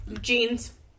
jeans